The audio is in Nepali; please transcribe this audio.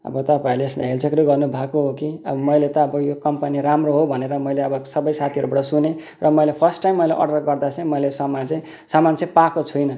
अब तपाईँले यसमा हेल्चेक्र्याइँ गर्नुभएको हो कि अब मैले त अब यो कम्पनी राम्रो हो भनेर मैले अब सबै साथीहरूबाट सुनेँ र मैले फर्स्ट टाइम मैले अर्डर गर्दा चाहिँ मैले सामान चाहिँ सामान चाहिँ पाएको छुइनँ